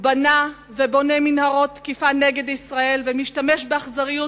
בנה ובונה מנהרות תקיפה נגד ישראל ומשתמש באכזריות